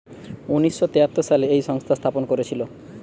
উনিশ শ তেয়াত্তর সালে এই সংস্থা স্থাপন করেছিল